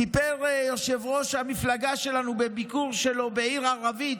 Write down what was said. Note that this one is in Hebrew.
סיפר יושב-ראש המפלגה שלנו בביקור שלו בעיר ערבית,